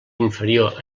inferior